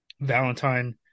Valentine